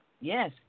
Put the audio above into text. Yes